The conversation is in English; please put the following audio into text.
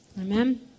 Amen